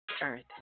Earth